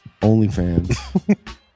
OnlyFans